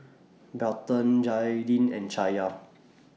Barton Jaidyn and Chaya